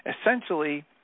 essentially